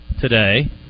today